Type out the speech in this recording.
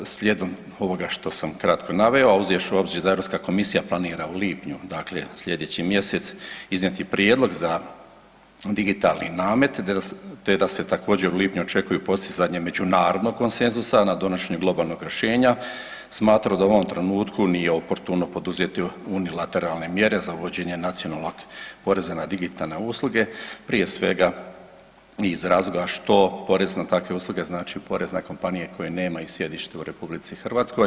Slijedom ovoga što sam kratko naveo, a uzevši u obzir da Europska komisija planira u lipnju, dakle slijedeći mjesec iznijeti prijedlog za digitalni namet te da se također u lipnju očekuju postizanje međunarodnog konsenzusa na donošenje globalnog rješenja smatramo da u ovom trenutku nije oportuno poduzeti unilateralne mjere za uvođenje nacionalnog poreza na digitalne usluge prije svega iz razloga što porez na takve usluge znači porez na kompanije koje nemaju sjedište u RH.